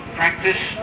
practice